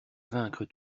vaincre